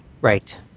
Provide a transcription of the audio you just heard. Right